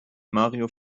mario